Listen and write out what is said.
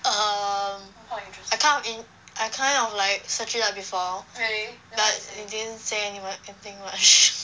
err um I kind in~ I kind of like search it up before but it didn't say anywhere anything much